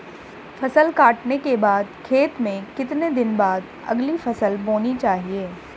फसल काटने के बाद खेत में कितने दिन बाद अगली फसल बोनी चाहिये?